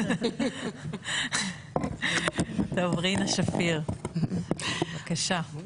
האישה, רינה שפיר, בבקשה.